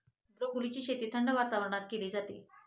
ब्रोकोलीची शेती थंड वातावरणात केली जाते